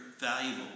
valuable